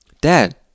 Dad